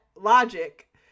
logic